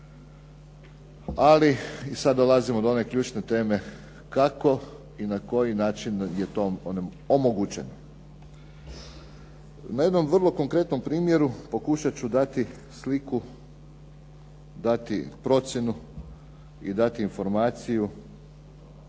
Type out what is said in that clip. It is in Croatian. ali i sada dolazimo do one ključne teme kako i na koji način je to omogućeno. Na jednom vrlo konkretnom primjeru pokušati ću dati sliku, dati procjenu i dati informaciju